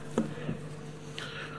אצלכם.